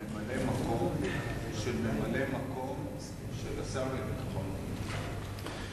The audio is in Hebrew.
אני ממלא-מקום של ממלא-מקום של השר לביטחון הפנים.